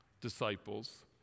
disciples